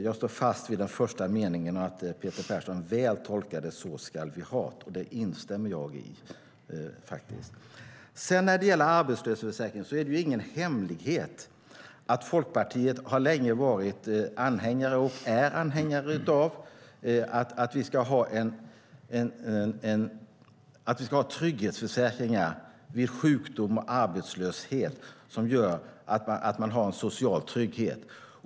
Jag står fast vid den första meningen och att Peter Persson väl tolkade "så ska vi ha't". Det instämmer jag i. När det gäller arbetslöshetsförsäkringen är det ingen hemlighet att Folkpartiet länge har varit och är anhängare av att vi ska ha trygghetsförsäkringar vid sjukdom och arbetslöshet som gör att man har en social trygghet.